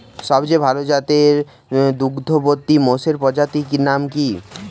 সবচেয়ে ভাল জাতের দুগ্ধবতী মোষের প্রজাতির নাম কি?